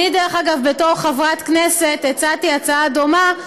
דרך אגב, בתור חברת כנסת, הצעתי הצעה דומה,